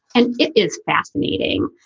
and it's fascinating.